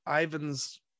ivan's